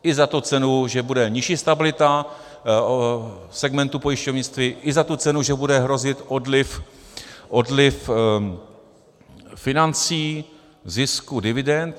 I za tu cenu, že bude nižší stabilita segmentu pojišťovnictví, i za tu cenu, že bude hrozit odliv financí, zisku, dividend.